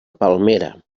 palmera